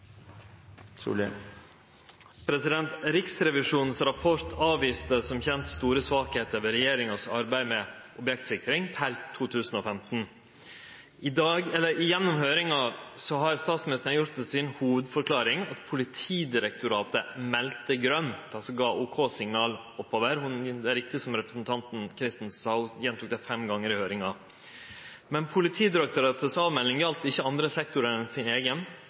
Riksrevisjonens rapport viste som kjend store svakheiter ved regjeringas arbeid med objektsikring per 2015. Gjennom høyringa har statsministeren gjort det til si hovudforklaring at Politidirektoratet «melde grønt», altså gav ok-signal oppover – det er rett som representanten Christensen sa, ho gjentok det fem gonger i høyringa. Men Politidirektoratets melding gjaldt ikkje andre sektorar enn deira eigen,